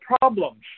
problems